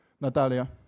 Natalia